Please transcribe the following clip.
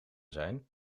zijn